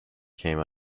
came